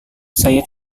saya